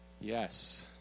Yes